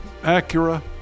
Acura